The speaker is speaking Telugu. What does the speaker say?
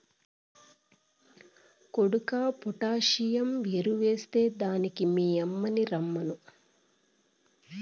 కొడుకా పొటాసియం ఎరువెస్తే దానికి మీ యమ్మిని రమ్మను